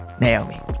Naomi